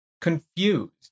confused